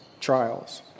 trials